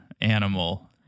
animal